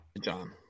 John